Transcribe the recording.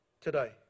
today